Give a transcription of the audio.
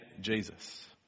Jesus